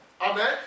amen